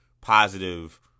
positive